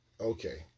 Okay